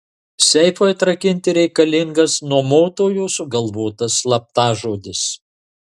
seifui atrakinti reikalingas nuomotojo sugalvotas slaptažodis